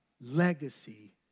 legacy